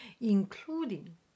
including